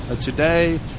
Today